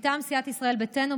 מטעם סיעת ישראל ביתנו,